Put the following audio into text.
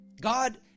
God